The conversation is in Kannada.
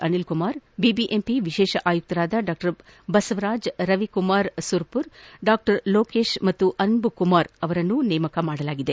ಅನಿಲ್ಕುಮಾರ್ ಬಿಬಿಎಂಪಿ ವಿಶೇಷ ಆಯುಕ್ತರಾದ ಡಾ ಬಸವರಾಜ್ ರವಿಕುಮಾರ್ ಸುರಪುರ್ ಡಾ ಲೋಕೇಶ್ ಮತ್ತು ಅನ್ಬುಕುಮಾರ್ ಅವರನ್ನು ನೇಮಕ ಮಾಡಲಾಗಿದೆ